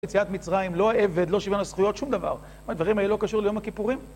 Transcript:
יציאת מצרים, לא עבד, לא שוויון הזכויות, שום דבר. הדברים האלה לא קשור ליום הכיפורים.